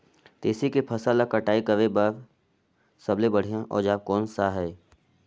तेसी के फसल ला कटाई करे बार सबले बढ़िया औजार कोन सा हे?